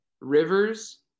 Rivers